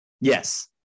Yes